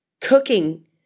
cooking